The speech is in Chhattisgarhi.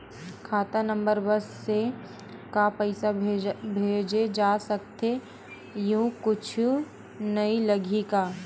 खाता नंबर बस से का पईसा भेजे जा सकथे एयू कुछ नई लगही का?